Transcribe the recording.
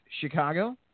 Chicago